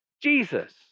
Jesus